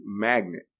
magnet